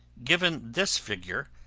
given this figure,